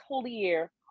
clear